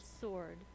sword